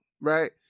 Right